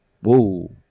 Whoa